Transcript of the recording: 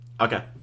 Okay